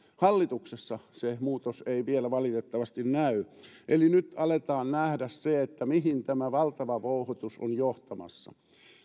hallituksessa se muutos ei vielä valitettavasti näy eli nyt aletaan nähdä se että mihin tämä valtava vouhotus on johtamassa